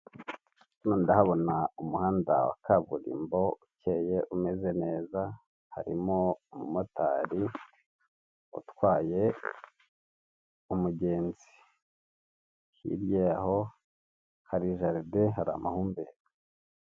Hano ndahobona umuhanda wa kaburimbo ukeye umeze neza, harimo umumotari utwaye umugenzi, hirya yaho hari jaride hari amahumbezi.